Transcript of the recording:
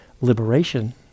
liberation